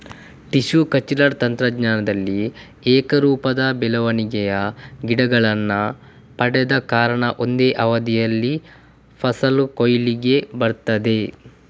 tissue culture ತಂತ್ರಜ್ಞಾನದಲ್ಲಿ ಏಕರೂಪದ ಬೆಳವಣಿಗೆಯ ಗಿಡಗಳನ್ನ ಪಡೆವ ಕಾರಣ ಒಂದೇ ಅವಧಿಯಲ್ಲಿ ಫಸಲು ಕೊಯ್ಲಿಗೆ ಬರ್ತದೆ